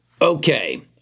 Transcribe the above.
Okay